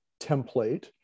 template